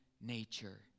nature